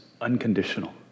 unconditional